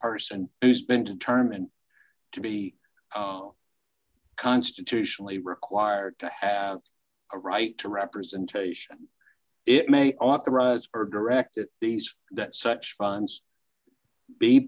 person who's been determined to be constitutionally required to have a right to representation it may authorize or direct these that such funds be